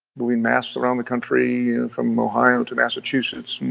moving mass around the country from ohio to massachusetts.